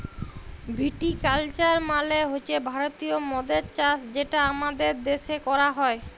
ভিটি culture মালে হছে ভারতীয় মদের চাষ যেটা আমাদের দ্যাশে ক্যরা হ্যয়